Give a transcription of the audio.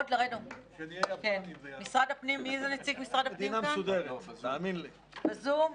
נציג משרד הפנים, בזום.